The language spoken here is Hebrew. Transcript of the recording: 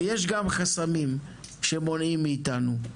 ויש גם חסמים שמונעים מאיתנו.